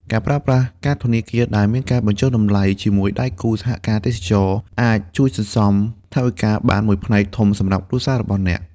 ការប្រើប្រាស់កាតធនាគារដែលមានការបញ្ចុះតម្លៃជាមួយដៃគូសហការទេសចរណ៍ អាចជួយសន្សំថវិកាបានមួយផ្នែកធំសម្រាប់គ្រួសាររបស់អ្នក។